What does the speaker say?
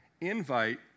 invite